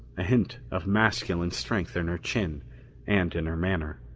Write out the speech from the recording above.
a hint of masculine strength in her chin and in her manner.